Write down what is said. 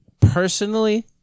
personally